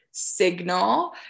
signal